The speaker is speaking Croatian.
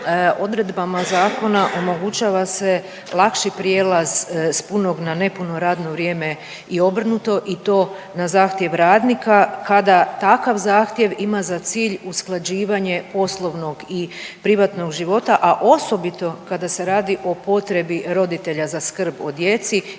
odredbama zakona omogućava se lakši prijelaz s punog na nepuno radno vrijeme i obrnuto i to na zahtjev radnika kada takav zahtjev ima za cilj usklađivanje poslovnog i privatnog života, a osobito kada se radi o potrebi roditelja za skrb o djeci